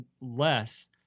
less